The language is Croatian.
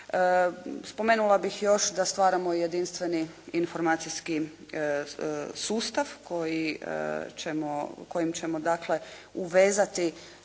Spomenula bih još da stvaramo jedinstveni informacijski sustav kojim ćemo dakle uvezati